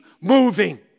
moving